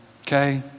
okay